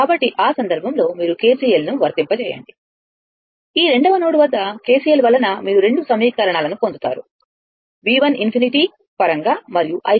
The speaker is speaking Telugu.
కాబట్టి ఆ సందర్భంలో మీరు KCL ను వర్తింప చేయండి ఆ 2 వ నోడ్ వద్ద KCL వలన మీరు రెండు సమీకరణాలని పొందుతారు V1 ∞ పరంగా మరియు i3∞